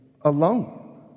Alone